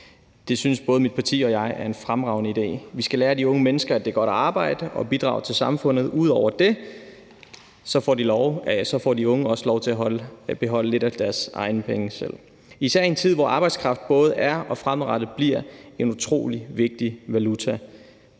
Det synes både mit parti og jeg er en fremragende idé. Vi skal lære de unge mennesker, at det er godt at arbejde og bidrage til samfundet. Ud over det får de unge også lov til at beholde lidt flere af deres egne penge selv, især i en tid, hvor arbejdskraft både er og fremadrettet bliver en utrolig vigtig valuta.